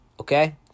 okay